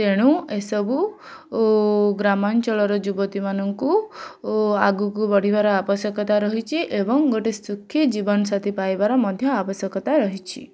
ତେଣୁ ଏସବୁ ଗ୍ରାମାଞ୍ଚଳର ଯୁବତୀମାନଙ୍କୁ ଓ ଆଗକୁ ବଢ଼ିବାର ଆବଶ୍ୟକତା ରହିଛି ଏବଂ ଏକ ଶୁଖି ଜୀବନସାଥୀ ପାଇବାର ମଧ୍ୟ ଆବଶ୍ୟକତା ରହିଛି